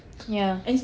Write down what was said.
yeah